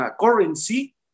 currency